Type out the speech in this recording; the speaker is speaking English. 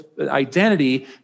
identity